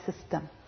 system